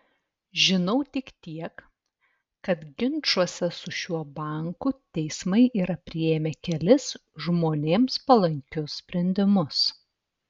žinau tik tiek kad ginčuose su šiuo banku teismai yra priėmę kelis žmonėms palankius sprendimus